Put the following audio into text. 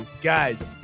guys